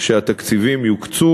שהתקציבים יוקצו,